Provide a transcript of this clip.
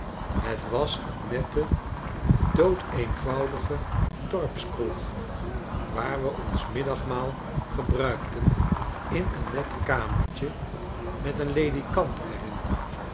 het was een nette doodeenvoudige dorpskroeg waar we ons middagmaal gebruikten in een net kamertje met een ledikant er